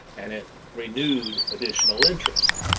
and it renewed additional interest,